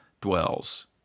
dwells